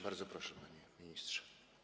Bardzo proszę, panie ministrze.